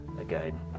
again